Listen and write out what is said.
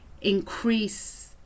increase